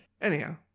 Anyhow